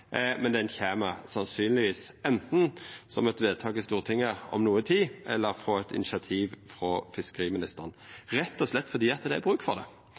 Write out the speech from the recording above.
men ho kjem sannsynlegvis anten som eit vedtak i Stortinget om noko tid, eller på initiativ frå fiskeriministeren – rett og slett fordi det er bruk for det,